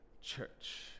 church